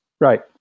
Right